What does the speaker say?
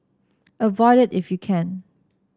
avoid it if you can